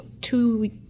two